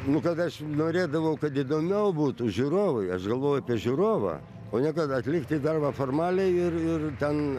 nu kad aš norėdavau kad įdomiau būtų žiūrovui aš galvoju apie žiūrovą o ne kad atlikti darbą formaliai ir ir ten